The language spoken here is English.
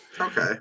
Okay